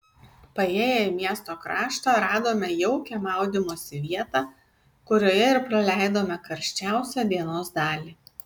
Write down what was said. paėję į miesto kraštą radome jaukią maudymosi vietą kurioje ir praleidome karščiausią dienos dalį